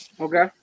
Okay